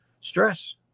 Stress